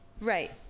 Right